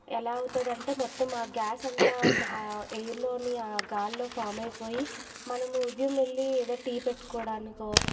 ఎలా అవుతుంది అంటే మొత్తం ఆ గ్యాస్ అంతా ఎయిర్లోని ఆ గాలిలో ఫామ్ అయిపోయి మనము ఉదయం వెళ్ళి ఎదో టీ పెట్టుకోవడానికో